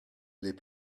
les